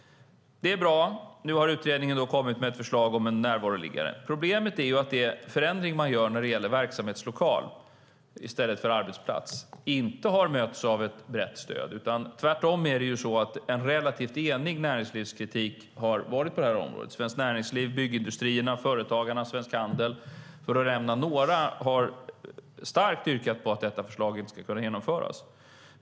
Det är bra. Nu har utredningen kommit med förslag om närvaroliggare. Problemet är att den förändring man gör när det gäller verksamhetslokal i stället för arbetsplats inte har mötts av ett brett stöd. Tvärtom är det så att det har varit en relativt enig näringslivskritik på det här området. Svenskt Näringsliv, byggindustrierna, Företagarna och Svensk Handel, för att nämna några, har starkt yrkat på att detta förslag inte ska genomföras.